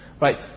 Right